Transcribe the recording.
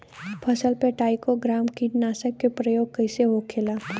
फसल पे trichogramma कीटनाशक के प्रयोग कइसे होखेला?